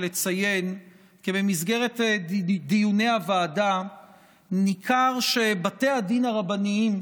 אבקש לציין כי במסגרת דיוני הוועדה ניכר שבתי הדין הרבניים,